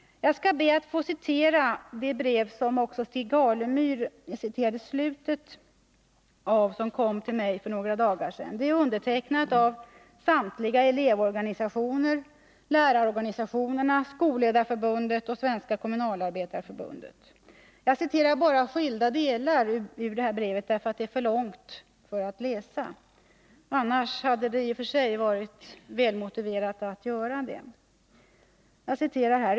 Jag skall be att få citera det brev som också Stig Alemyr citerade slutet av och som kom till mig för några dagar sedan. Det är undertecknat av samtliga elevorganisationer, lärarorganisationer, Skolledarförbundet och Svenska kommunalarbetareförbundet. Jag citerar bara skilda delar av brevet därför att det är för långt att läsa i sin helhet. Annars hade det i och för sig varit motiverat att göra det.